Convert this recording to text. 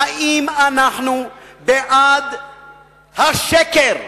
האם אנחנו בעד השקר?